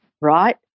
right